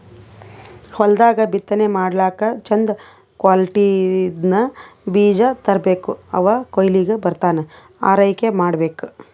ಹೊಲ್ದಾಗ್ ಬಿತ್ತನೆ ಮಾಡ್ಲಾಕ್ಕ್ ಚಂದ್ ಕ್ವಾಲಿಟಿದ್ದ್ ಬೀಜ ತರ್ಬೆಕ್ ಅವ್ ಕೊಯ್ಲಿಗ್ ಬರತನಾ ಆರೈಕೆ ಮಾಡ್ಬೇಕ್